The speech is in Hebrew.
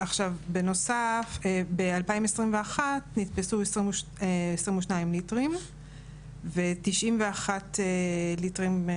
בנוסף, ב-2021 נתפסו 22 ליטרים ו-91 ליטרים של